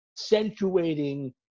accentuating